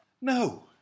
No